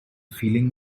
feeling